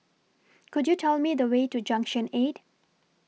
Could YOU Tell Me The Way to Junction eight